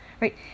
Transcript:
right